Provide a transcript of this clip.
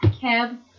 cab